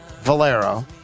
Valero